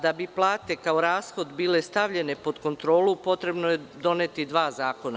Da bi plate kao rashod bile stavljene pod kontrolu, potrebno je doneti dva zakona.